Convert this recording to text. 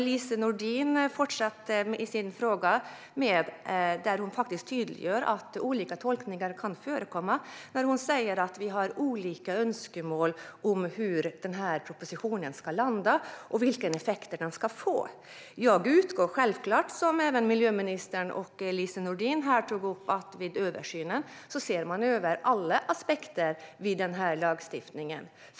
Lise Nordin fortsatte sin fråga med att tydliggöra att olika tolkningar kan förekomma när hon säger att vi har olika önskemål om hur propositionen ska landa och vilken effekt den kan få. Jag utgår självklart från - och detta tog även miljöministern och Lise Nordin upp - att man vid översynen ser över alla aspekter av lagstiftningen.